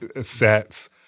sets